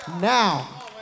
now